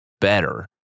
better